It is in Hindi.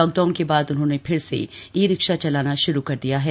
लॉकडाउन के बाद उन्होंने फिर से ई रिक्शा चलाना शुरू कर दिया है